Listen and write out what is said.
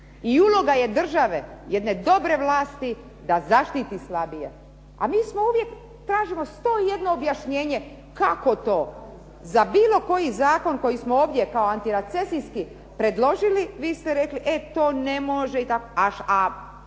I uloga je države, jedne dobre vlasti da zaštiti slabije. A mi uvije tražimo 101 objašnjenje kako to? Za bilo koji zakon koji smo ovdje kao antirecesijski predložili, vi ste rekli e to ne može i tako, a